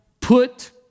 put